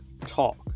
talk